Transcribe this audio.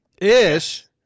Ish